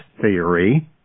theory